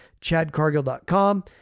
chadcargill.com